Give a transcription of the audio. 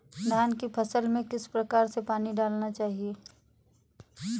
धान की फसल में किस प्रकार से पानी डालना चाहिए?